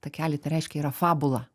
takelį tai reiškia yra fabula